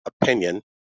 opinion